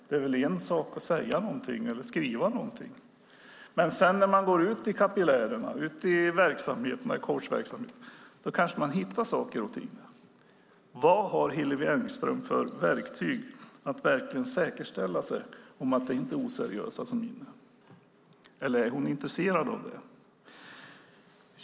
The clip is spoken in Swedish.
Det är en sak att säga och skriva något, men vad har Hillevi Engström för verktyg för att säkerställa att det inte är oseriösa som åtar sig dessa uppdrag? Är hon intresserad av detta?